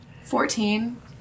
Fourteen